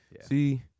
see